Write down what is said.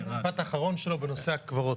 המשפט האחרון שלו בנושא בית הקברות.